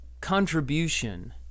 contribution